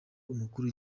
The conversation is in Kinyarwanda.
umukuru